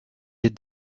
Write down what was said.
had